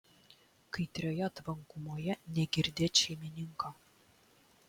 kaitrioje tvankumoje negirdėt šeimininko